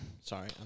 Sorry